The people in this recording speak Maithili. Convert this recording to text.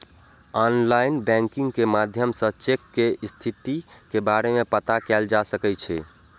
आनलाइन बैंकिंग के माध्यम सं चेक के स्थिति के बारे मे पता कैल जा सकै छै